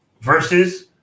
versus